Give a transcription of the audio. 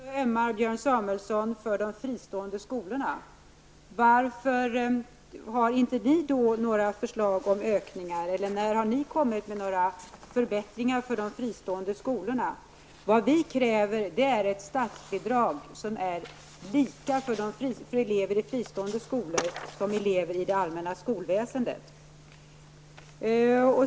Herr talman! Björn Samuelson säger att vi ägnar oss åt politisk retorik. Vem gör inte det om inte Plötsligt ömmar Björn Samuelson för de fristående skolorna. Varför har ni då inte några förslag om ökningar eller varför har ni inte kommit med några förbättringar för de fristående skolorna? Vi kräver ett statsbidrag som är lika för elever i fristående skolor och elever i det allmänna skolväsendet.